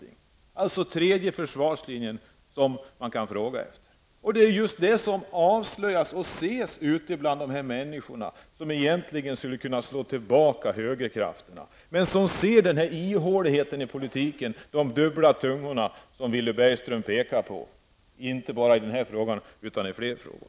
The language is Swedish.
Det är alltså tredje försvarslinjen som man kan fråga efter. Det är just de här bristerna som avslöjas och ses ute bland de människor som egentligen skulle kunna slå tillbaka högerkrafterna. Men de ser ihåligheten i politiken, de dubbla tungorna, just sådana saker som Villy Bergström har pekat på inte bara i den här frågan, utan i fler frågor.